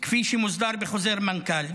כפי שמוסבר בחוזר מנכ"ל.